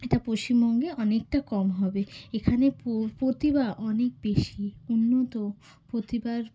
এটা পশ্চিমবঙ্গে অনেকটা কম হবে এখানে প্রতিভা অনেক বেশি উন্নত প্রতিভার